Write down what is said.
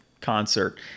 concert